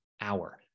hour